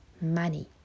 money